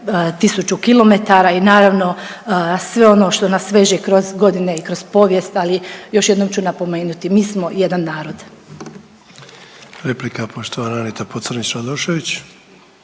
1000 km i naravno sve ono što nas veže i kroz godine i kroz povijest, ali još jednom ću napomenuti mi smo jedan narod. **Sanader, Ante (HDZ)** Replika poštovana Anita Pocrnić Radošević.